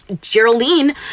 Geraldine